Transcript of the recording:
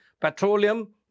petroleum